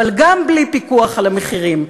אבל גם בלי פיקוח על המחירים,